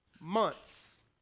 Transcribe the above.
months